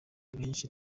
byinshi